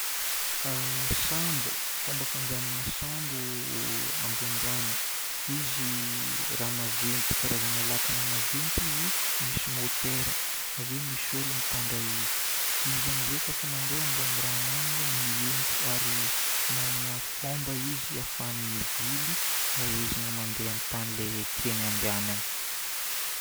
Sambo. Fomba fandehanana sambo ambonin'ny rano. Izy raha maventy, karazagna lakana maventy izy misy môtera. Ave misy olo mitondra izy. Izy amin'izay kafa mandeha ambonin'ny rano agny miempo ary magnana fomba izy ahafahany mivily, ahaizany mandeha amin'ny tany lay tiany handehanana.